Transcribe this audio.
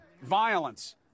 Violence